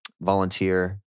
volunteer